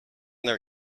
their